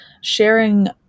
sharing